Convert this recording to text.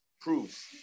proves